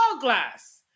glass